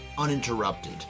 uninterrupted